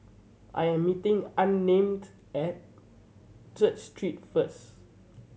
I am meeting Unnamed at Church Street first